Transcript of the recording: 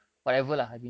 mm